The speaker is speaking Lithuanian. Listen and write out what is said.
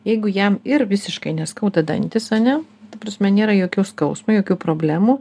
jeigu jam ir visiškai neskauda dantysar ne ta prasme nėra jokio skausmo jokių problemų